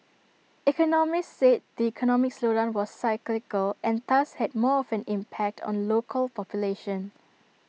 economists said the economic slowdown was cyclical and thus had more of an impact on local population